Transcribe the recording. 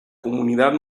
comunidad